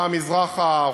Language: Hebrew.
שעה מזרחה,